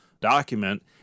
document